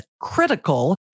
critical